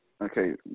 okay